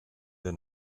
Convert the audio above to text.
der